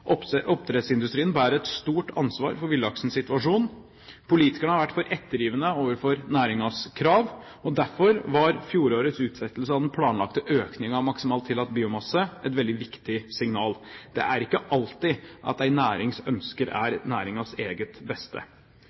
Oppdrettsindustrien bærer et stort ansvar for villaksens situasjon. Politikerne har vært for ettergivende overfor næringens krav. Derfor var fjorårets utsettelse av den planlagte økningen av maksimalt tillatt biomasse et veldig viktig signal. Det er ikke alltid at en nærings ønsker er til næringens eget beste.